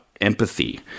empathy